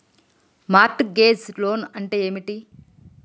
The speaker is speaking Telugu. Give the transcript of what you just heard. మార్ట్ గేజ్ లోన్ అంటే ఏమిటి?